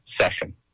session